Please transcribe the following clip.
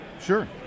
Sure